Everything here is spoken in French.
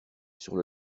sur